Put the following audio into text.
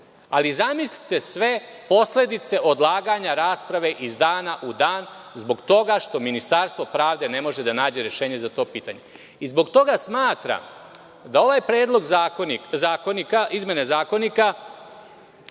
ali zamislite sve posledice odlaganja rasprave iz dana u dan zbog toga što Ministarstvo pravde ne može da nađe rešenje za to pitanje. Zbog toga smatram da ovaj predlog izmene Zakonika